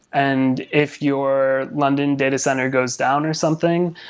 and if your london data center goes down or something,